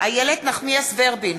איילת נחמיאס ורבין,